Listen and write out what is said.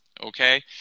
okay